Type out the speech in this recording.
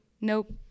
nope